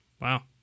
Wow